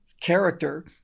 character